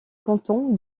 canton